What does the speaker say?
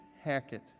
Hackett